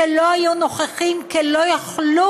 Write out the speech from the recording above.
שלא נכחו כי לא יכלו,